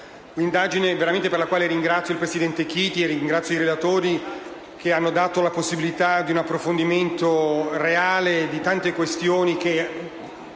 un'indagine per la quale ringrazio il presidente Chiti e i relatori che hanno offerto la possibilità di un approfondimento reale di tante questioni che